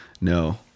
No